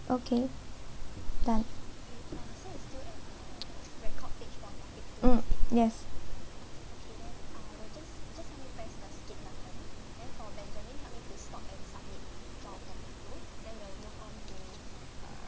okay done mm yes